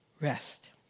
rest